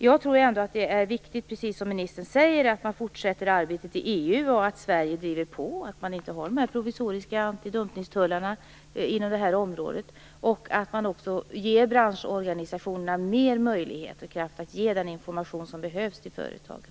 Jag tror ändå att det är viktigt, precis som ministern säger, att man fortsätter arbetet i EU och att Sverige driver på för att man inte skall ha de här provisoriska antidumpningstullarna inom det här området. Man bör också ge branschorganisationerna fler möjligheter och kraft att ge den information som behövs till företagen.